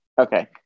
Okay